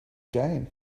gain